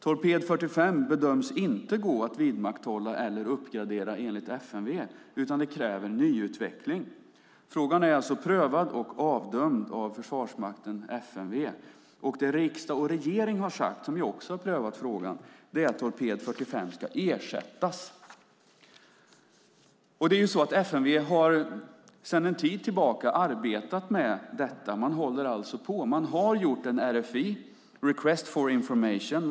Torped 45 bedöms inte gå att vidmakthålla eller uppgradera, enligt FMV, utan den kräver en nyutveckling. Frågan är alltså prövad och avdömd av Försvarsmakten och FMV. Det som riksdag och regering har sagt, som också har prövat frågan, är att torped 45 ska ersättas. FMV har sedan en tid tillbaka arbetat med detta. Man har gjort en RFI, request for information.